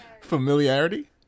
familiarity